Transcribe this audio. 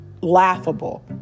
laughable